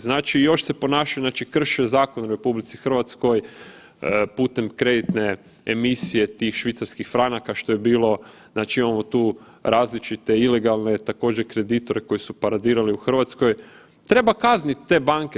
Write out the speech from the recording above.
Znači još se ponašaju, krše zakon u RH putem kreditne emisije tih švicarskih franaka što je bilo, znači imamo tu različite ilegalne također, kreditore koji su paradirali u Hrvatskoj, treba kazniti te banke.